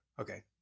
Okay